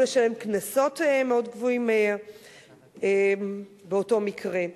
לשלם קנסות מאוד גבוהים באותו מקרה.